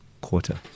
quarter